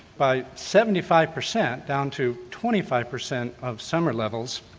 by seventy five percent down to twenty five percent of summer levels,